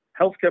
Healthcare